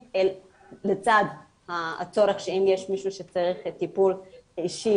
לצד הצורך שאם יש מישהו שצריך טיפול אישי,